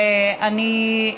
ואני,